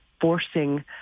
forcing